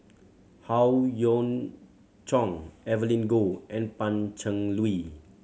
Howe Yoon Chong Evelyn Goh and Pan Cheng Lui